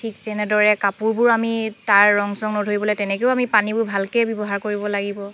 ঠিক তেনেদৰে কাপোৰবোৰ আমি তাৰ ৰং চং নধৰিবলৈ তেনেকৈও আমি পানীবোৰ ভালকে ব্যৱহাৰ কৰিব লাগিব